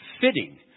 fitting